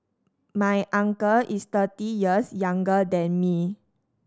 my uncle is thirty years younger than me